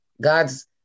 God's